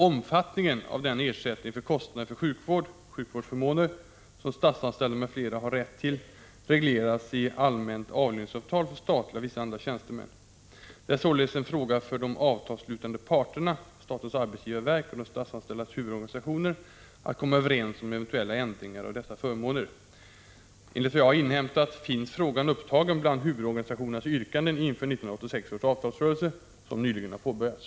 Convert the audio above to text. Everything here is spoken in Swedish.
Omfattningen av den ersättning för kostnader för sjukvård — sjukvårdsförmåner — som statsanställda m.fl. har rätt till regleras i allmänt avlöningsavtal för statliga och vissa andra tjänstemän, AST. Det är således en fråga för de avtalsslutande parterna — statens arbetsgivarverk och de statsanställdas huvudorganisationer — att komma överens om eventuella ändringar av dessa förmåner. Enligt vad jag har inhämtat finns frågan upptagen bland huvudorganisationernas yrkanden inför 1986 års avtalsrörelse, som nyligen har påbörjats.